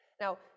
Now